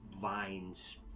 vines